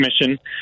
Commission